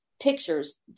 pictures